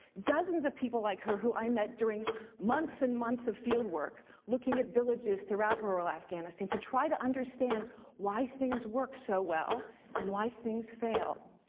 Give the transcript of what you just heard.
dozens of people like her, who i met during months and months of fieldwork looking at villages throughout rural afghanistan to try to understand why things work so well and why things fail.